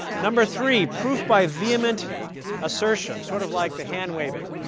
number three proof by vehement assertion sort of like the hand-waving.